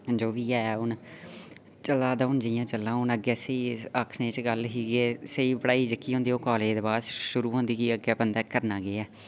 जो बी ऐ हून चलादा जि'यां चलना अग्गें आखने च गल्ल ही केह् स्हेई पढ़ाई जेह्की होंदी ओह् कालेज दे बाद शूरू होंदी कि अग्गें बंदे नै करना केह् ऐ